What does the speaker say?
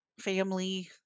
family